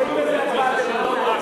אנחנו רואים בזה הצבעת אמון.